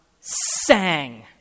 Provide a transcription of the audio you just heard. sang